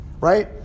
right